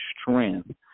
strength